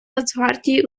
нацгвардії